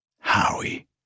Howie